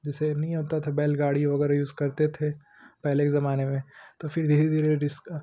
जैसे नहीं होती थी बैलगाड़ी वग़ैरह यूज़ करते थे पहले ज़माने में तो फिर धीरे धीरे